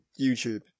YouTube